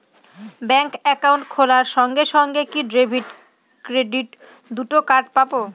Bank account খোলার সঙ্গে সঙ্গে কি ডেবিট ক্রেডিট দুটো কার্ড পাবো?